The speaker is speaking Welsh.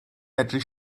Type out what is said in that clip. medru